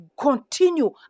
continue